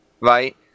right